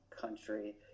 country